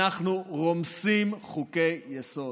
אנחנו רומסים חוקי-יסוד.